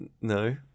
No